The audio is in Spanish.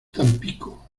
tampico